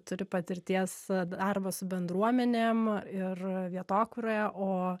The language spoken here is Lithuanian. turi patirties darbo su bendruomenėm ir vietokūroje o